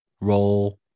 Roll